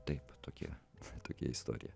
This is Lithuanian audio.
taip tokia tokia istorija